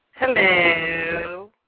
Hello